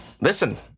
Listen